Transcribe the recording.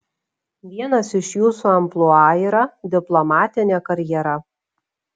vienas iš jūsų amplua yra diplomatinė karjera